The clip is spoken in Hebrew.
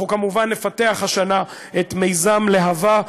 אנחנו כמובן נפתח השנה את מיזם "להבה",